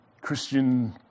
Christian